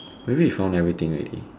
maybe we find everything already